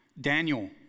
Daniel